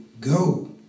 go